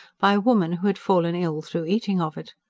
by a woman who had fallen ill through eating of it.